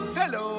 hello